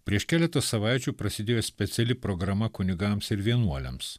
prieš keletą savaičių prasidėjo speciali programa kunigams ir vienuoliams